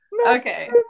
okay